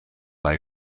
bei